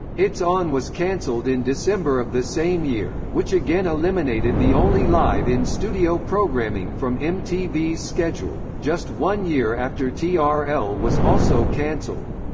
it's on was cancelled in december of the same year, which again eliminated the only live in-studio programming from mtv's schedule, just one year after ah trl was also cancelled.